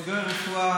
בוגרי רפואה,